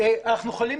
אני הולך